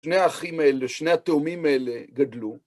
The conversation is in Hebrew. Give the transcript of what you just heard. שני האחים האלה, שני התאומים האלה גדלו.